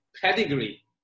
pedigree